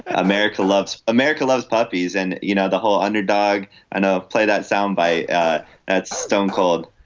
america loves america loves puppies and you know the whole underdog and ah play that sound by ed stone called.